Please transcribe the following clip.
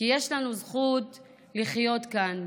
כי יש לנו זכות לחיות כאן,